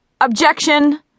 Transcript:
objection